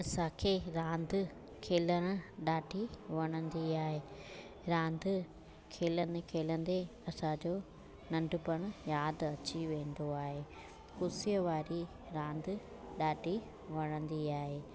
असांखे रांदि खेलणु ॾाढी वणंदी आहे रांदि खेलंदे खेलंदे असांजो नंढपणु यादि अची वेंदो आहे कुर्सीअ वारी रांदि ॾाढी वणंदी आहे